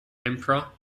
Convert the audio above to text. emperor